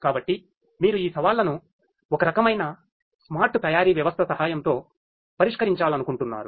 కాబట్టి మీరు ఈ సవాళ్లను ఒక రకమైన స్మార్ట్ తయారీ వ్యవస్థ సహాయంతో పరిష్కరించాలనుకుంటున్నారు